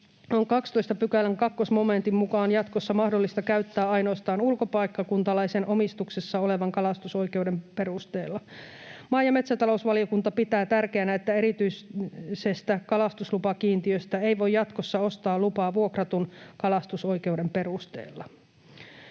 on 12 §:n 2 momentin mukaan jatkossa mahdollista käyttää ainoastaan ulkopaikkakuntalaisen omistuksessa olevan kalastusoikeuden perusteella. Maa‑ ja metsätalousvaliokunta pitää tärkeänä, että erityisestä kalastuslupakiintiöstä ei voi jatkossa ostaa lupaa vuokratun kalastusoikeuden perusteella.